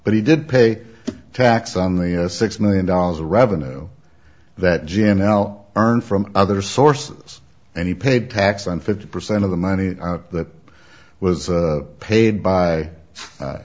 but he did pay tax on the six million dollars of revenue that g m now earned from other sources and he paid tax on fifty percent of the money that was paid by